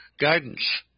Guidance